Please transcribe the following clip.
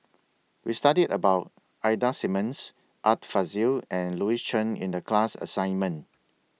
We studied about Ida Simmons Art Fazil and Louis Chen in The class assignment